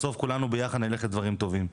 בסוף כולנו ביחד נלך לדברים טובים.